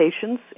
patients